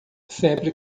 sempre